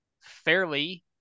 fairly